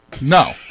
No